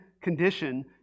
condition